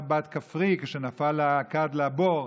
שנפל לה הכד לבור,